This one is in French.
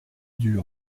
dut